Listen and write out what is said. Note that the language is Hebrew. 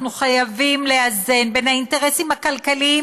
אנחנו חייבים לאזן בין האינטרסים הכלכליים,